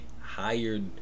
hired